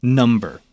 number